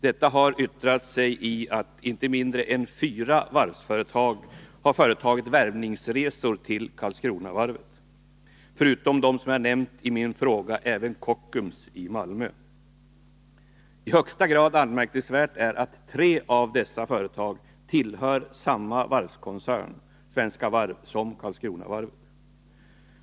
Detta har yttrat sig i att inte mindre än fyra varvsföretag har företagit värvningsresor till Karlskronavarvet — förutom dem som jag nämnt i min fråga även Kockums i Malmö. Det är i högsta grad anmärkningsvärt att tre av dessa företag tillhör samma varvskoncern som Karlskronavarvet, nämligen Svenska Varv.